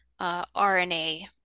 RNA